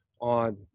on